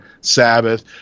Sabbath